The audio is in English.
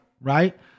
right